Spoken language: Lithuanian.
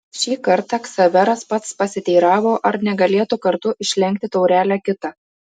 šį kartą ksaveras pats pasiteiravo ar negalėtų kartu išlenkti taurelę kitą